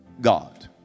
God